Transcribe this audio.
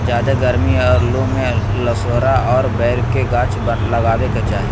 ज्यादे गरमी और लू में लसोड़ा और बैर के गाछ लगावे के चाही